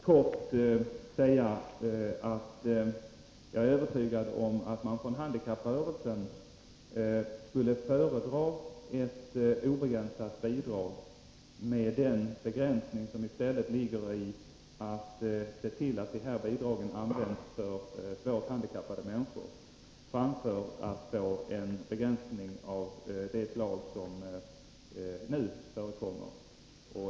Herr talman! Jag vill bara kort säga att jag är övertygad om att man från handikapprörelsens sida skulle föredra obegränsade bidrag, dock med förbehållet att bidragen används för svårt handikappade människor, framför den begränsning som nu förekommer.